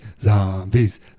zombies